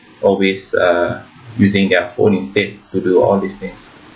always uh using their phone instead to do all these things